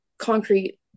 concrete